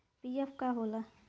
PF का होला?